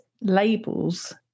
labels